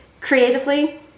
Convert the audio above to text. creatively